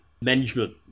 management